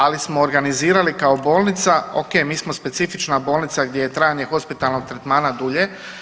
Ali smo organizirali kao bolnica, ok mi smo specifična bolnica gdje je trajanje hospitalnog tretmana dulje.